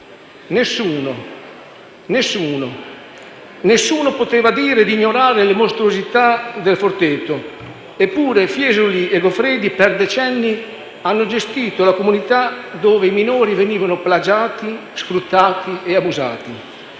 nessuno poteva dire di ignorare le mostruosità del Forteto, eppure Fiesoli e Goffredi per decenni hanno gestito la comunità dove i minori venivano plagiati, sfruttati e abusati;